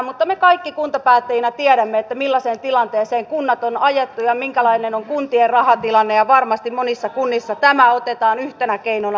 mutta me kaikki kuntapäättäjinä tiedämme millaiseen tilanteeseen kunnat on ajettu ja minkälainen on kuntien rahatilanne ja varmasti monissa kunnissa tämä otetaan yhtenä keinona lämmöllä vastaan